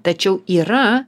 tačiau yra